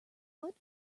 wood